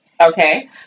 Okay